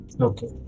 Okay